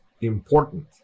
important